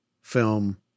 film